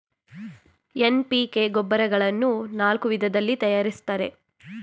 NPK ಗೊಬ್ಬರಗಳನ್ನು ನಾಲ್ಕು ವಿಧದಲ್ಲಿ ತರಯಾರಿಸ್ತರೆ